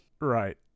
Right